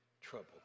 trouble